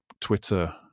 Twitter